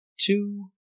two